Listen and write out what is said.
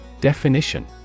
Definition